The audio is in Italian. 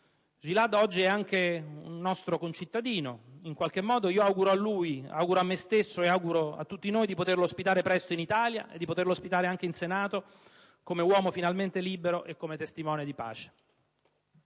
Gilad oggi è anche nostro concittadino. In qualche modo io auguro a lui, auguro a me stesso e auguro a tutti noi di poterlo presto ospitare in Italia, anche in Senato, come uomo finalmente libero e come testimone di pace